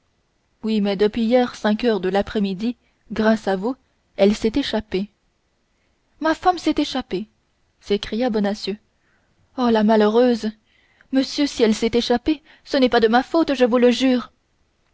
oui mais depuis hier cinq heures de l'après-midi grâce à vous elle s'est échappée ma femme s'est échappée s'écria bonacieux oh la malheureuse monsieur si elle s'est échappée ce n'est pas ma faute je vous le jure